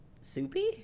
soupy